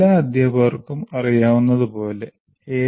എല്ലാ അധ്യാപകർക്കും അറിയാവുന്നത് പോലെ എ